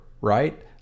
right